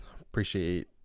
appreciate